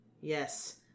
Yes